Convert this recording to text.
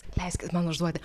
leiskit man užduoti